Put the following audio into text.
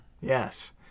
Yes